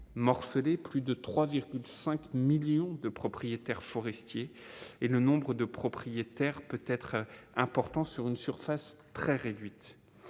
morcelé, plus de 3,5 millions de propriétaires forestiers et le nombre de propriétaires peut-être important sur une surface très réduite,